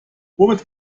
womit